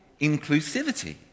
inclusivity